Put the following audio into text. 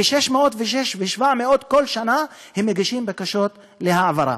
600 700 בכל שנה מגישים בקשות להעברה.